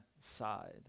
side